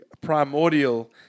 Primordial